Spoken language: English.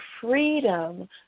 freedom